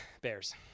Bears